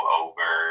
over